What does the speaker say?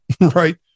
right